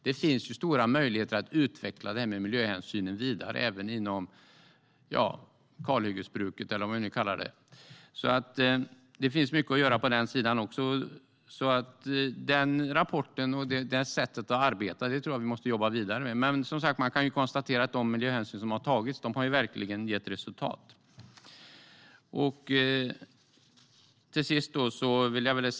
Det finns stora möjligheter att utveckla miljöhänsynen vidare även inom kalhyggesbruket. Det finns alltså mycket att göra på den sidan också. Den rapporten och det sättet att arbeta måste vi jobba vidare med. Vi kan dock konstatera att den miljöhänsyn som har tagits har gett resultat.